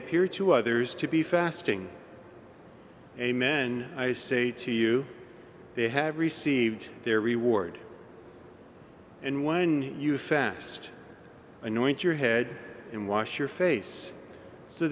appear to others to be fasting amen i say to you they have received their reward and when you fast anoint your head and wash your face so